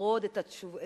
לשרוד את התקופה.